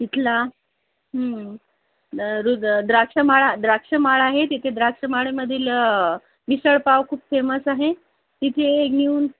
इथला द रूद द्राक्षमळा द्राक्षमळा आहे तिथे द्राक्षमळ्यामधील मिसळपाव खूप फेमस आहे तिथे नेऊन